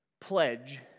pledge